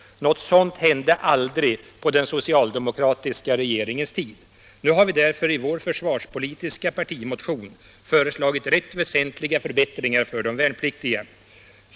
Något sådant hände aldrig på den socialdemokratiska regeringens tid! Nu har vi därför i vår försvarspolitiska partimotion föreslagit rätt väsentliga förbättringar för de värnpliktiga.